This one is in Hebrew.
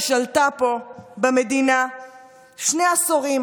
ששלטה פה במדינה שני עשורים